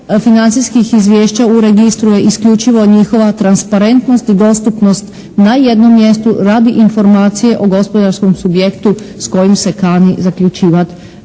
financijskih izvješća u registru je isključivo njihova transparentnost i dostupnost na jednom mjestu radi informacije o gospodarskom subjektu s kojim se kani zaključivati posao.